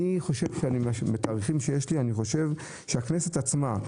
אני חושב שהכנסת עצמה,